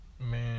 Man